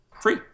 free